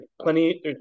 plenty